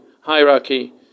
hierarchy